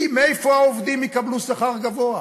מאיפה העובדים יקבלו שכר גבוה?